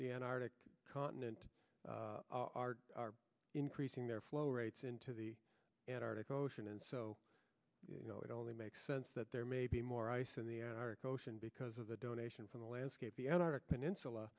the antarctic continent are increasing their flow rates into the antarctic ocean and so you know it only makes sense that there may be more ice in the arctic ocean because of the donation from the landscape the antarctic peninsula